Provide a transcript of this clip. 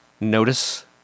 notice